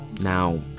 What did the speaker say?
Now